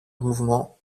mouvement